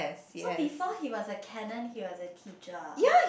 so before he was a canon he was a teacher